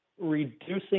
reducing